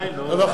לא לא,